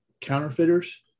counterfeiters